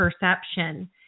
perception